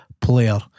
player